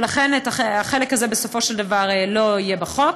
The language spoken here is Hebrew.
ולכן החלק הזה בסופו של דבר לא יהיה בחוק.